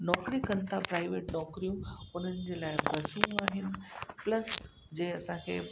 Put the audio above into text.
नौकिरी कनि था प्राइवेट नौकिरियूं उन्हनि जे लाइ बसूं आहिनि प्लस जंहिं असांखे